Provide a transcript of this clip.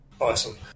Awesome